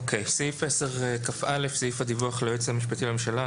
סעיף 10כא, סעיף הדיווח ליועץ המשפטי לממשלה.